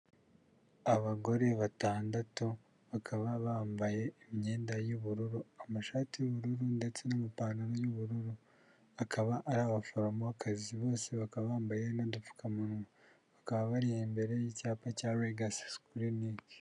Abagore batandatu bakaba bambaye imyenda y'ubururu, amashati y'ubururu ndetse n'amapantaro y'ubururu akaba ari abaforomokazi, bose bakaba bambaye n'udapfukamunwa, bakaba bari imbere y'icyapa cya Legacy Clinics.